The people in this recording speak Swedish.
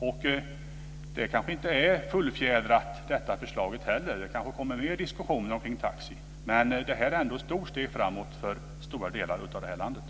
Det här förslaget är kanske inte heller fullfjädrat. Det kan komma fler diskussioner om taxi. Men det är ett stort steg framåt för stora delar av landet.